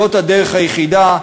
תודה רבה.